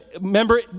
Remember